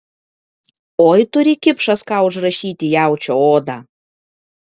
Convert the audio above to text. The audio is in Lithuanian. oi turi kipšas ką užrašyti į jaučio odą